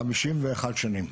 כ-51 שנים.